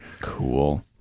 Cool